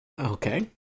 Okay